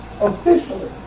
Officially